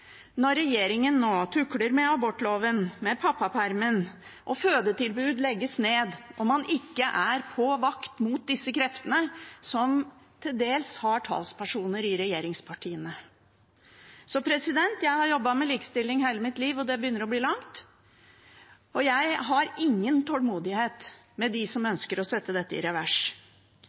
når regjeringen nå tukler med abortloven og med pappapermen og når fødetilbud legges ned, og man ikke er på vakt mot disse kreftene, som til dels har talspersoner i regjeringspartiene. Jeg har jobbet med likestilling hele mitt liv, og det begynner å bli langt. Jeg har ingen tålmodighet med dem som ønsker å sette dette i revers.